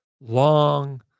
long